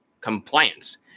compliance